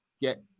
get